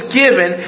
given